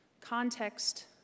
Context